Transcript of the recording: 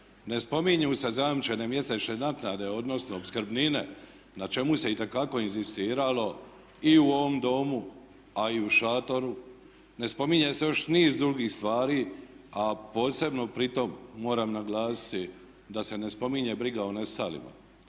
ne spominju se zajamčene mjesečne naknade, odnosno opskrbnine na čemu se itekako inzistiralo i u ovom domu a i u šatoru. Ne spominje se još niz drugih stvari a posebno pri tom moram naglasiti da se ne spominje briga o nestalima.